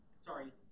Sorry